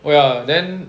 well then